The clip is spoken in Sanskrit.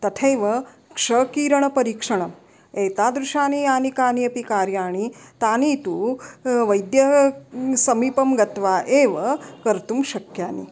तथैव क्षकीरणपरीक्षणम् एतादृशानि यानि कानि अपि कार्याणि तानि तु वैद्यः समीपं गत्वा एव कर्तुं शक्यानि